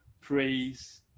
praise